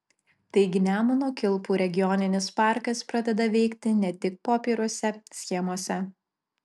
taigi nemuno kilpų regioninis parkas pradeda veikti ne tik popieriuose schemose